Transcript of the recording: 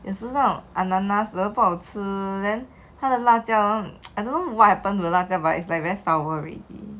有时那种 ananas 不好吃 then 他的辣椒 I don't know what happened to 他的辣椒 but it's like very sour already